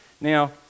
now